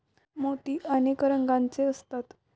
मोती अनेक रंगांचे असतात